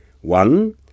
One